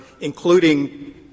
including